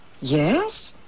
Yes